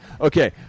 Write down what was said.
Okay